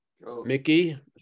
Mickey